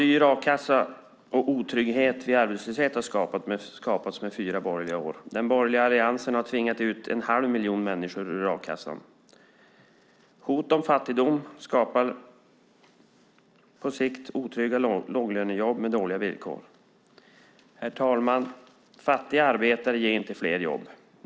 Dyr a-kassa och otrygghet vid arbetslöshet har skapats under fyra borgerliga år. Den borgerliga alliansen har tvingat ut en halv miljon människor ur a-kassan. Hot om fattigdom skapar på sikt otrygga låglönejobb med dåliga villkor. Herr talman! Fattiga arbetare ger inte fler jobb.